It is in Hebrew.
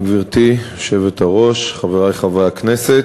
גברתי היושבת-ראש, חברי חברי הכנסת,